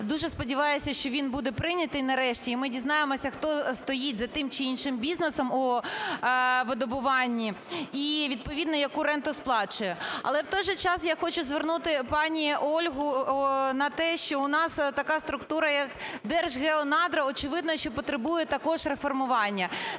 дуже сподіваюся, що він буде прийнятий нарешті і ми дізнаємося хто стоїть за тим чи іншим бізнесом у видобуванні і, відповідно, яку ренту сплачує. Але в той же час я хочу звернути пані Ольгу на те, що у нас така структура, як Держгеонадра, очевидно, що потребує також реформування.